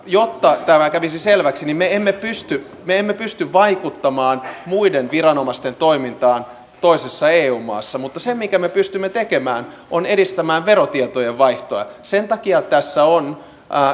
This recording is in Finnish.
jotta tämä kävisi selväksi niin sanon me emme pysty vaikuttamaan muiden viranomaisten toimintaan toisessa eu maassa mutta se minkä me pystymme tekemään on edistää verotietojen vaihtoa sen takia tässä on